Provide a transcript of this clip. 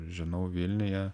žinau vilniuje